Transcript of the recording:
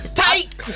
tight